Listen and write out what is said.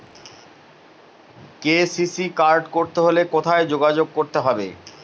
KCC card করতে হলে কোথায় যোগাযোগ করতে হবে?